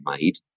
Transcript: made